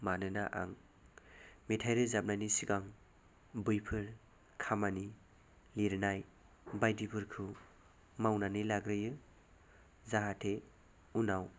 मानोना आं मेथाइ रोजाबनायनि सिगां बैफोर खामानि लिरनाय बायदिफोरखौ मावनानै लाग्रोयो जाहाथे उनाव